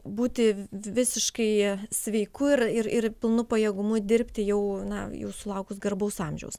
būti visiškai sveikų ir ir pilnu pajėgumu dirbti jau na jau sulaukus garbaus amžiaus